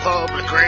Public